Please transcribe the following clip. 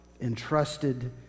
entrusted